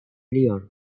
leon